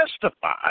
testify